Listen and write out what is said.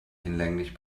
hinlänglich